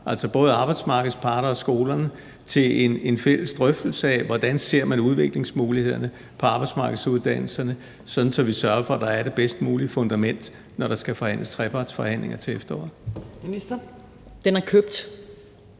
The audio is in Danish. altså både arbejdsmarkedets parter og skolerne, til en fælles drøftelse af, hvordan man ser udviklingsmulighederne for arbejdsmarkedsuddannelserne, sådan at vi sørger for, at der er det bedst mulige fundament, når der skal være trepartsforhandlinger til efteråret. Kl.